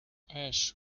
ash